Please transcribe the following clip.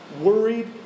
worried